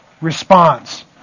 response